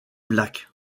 black